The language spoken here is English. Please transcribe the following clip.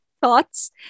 thoughts